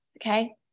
okay